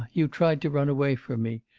ah you tried to run away from me?